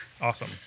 Awesome